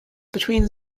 between